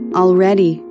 already